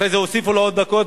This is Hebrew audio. אחרי זה הוסיפו לו עוד דקות.